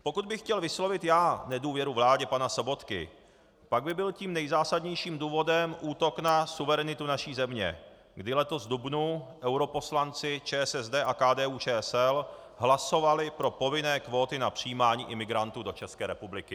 Pokud bych chtěl vyslovit já nedůvěru vládě pana Sobotky, pak by byl tím nejzásadnějším důvodem útok na suverenitu naší země, kdy letos v dubnu europoslanci ČSSD a KDUČSL hlasovali pro povinné kvóty na přijímání imigrantů do České republiky.